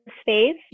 space